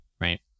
right